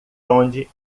onde